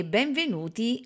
benvenuti